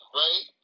right